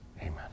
amen